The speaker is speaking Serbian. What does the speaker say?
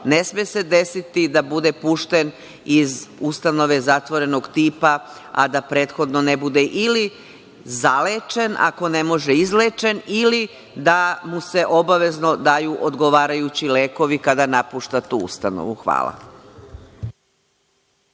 ne sme se desiti da bude pušten iz ustanove zatvorenog tipa, a da prethodno ne bude ili zalečen, ako ne može izlečen, ili da mu se obavezno daju odgovarajući lekovi kada napušta tu ustanovu. Hvala.